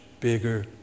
bigger